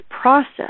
process